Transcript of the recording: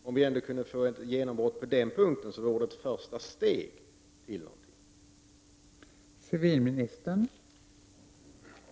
Om vi ändå kunde få ett genombrott på den punkten vore det ett första steg till någonting.